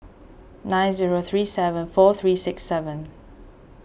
nine zero three seven four three six seven